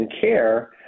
care